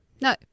No